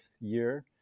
year